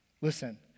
Listen